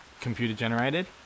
computer-generated